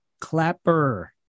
Clapper